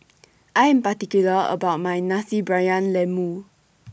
I Am particular about My Nasi Briyani Lembu